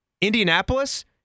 Indianapolis